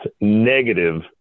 negative